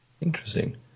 Interesting